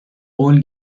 قول